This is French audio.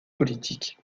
politique